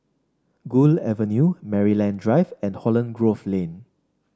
Gul Avenue Maryland Drive and Holland Grove Lane